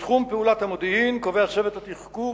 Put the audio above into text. בתחום פעולת המודיעין קובע צוות התחקור